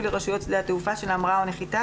לרשויות שדה התעופה של ההמראה או הנחיתה,